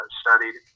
studied